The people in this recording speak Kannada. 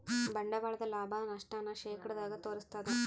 ಬಂಡವಾಳದ ಲಾಭ, ನಷ್ಟ ನ ಶೇಕಡದಾಗ ತೋರಿಸ್ತಾದ